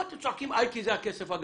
אתם צועקים כי יש פה כסף.